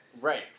Right